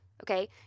okay